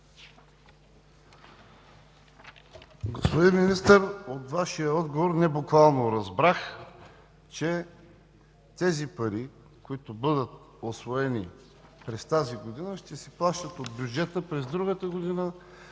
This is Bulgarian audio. Господин Министър, от Вашия отговор небуквално разбрах, че тези пари, които бъдат усвоени през тази година, ще се плащат от бюджета през другата година,